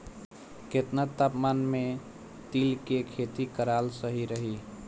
केतना तापमान मे तिल के खेती कराल सही रही?